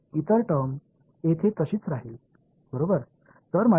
எனவே எனக்கு ஒரு உள்ளது